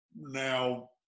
now